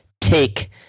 take